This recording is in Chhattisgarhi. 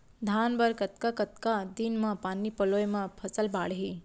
धान बर कतका कतका दिन म पानी पलोय म फसल बाड़ही?